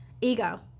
Ego